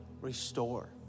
restore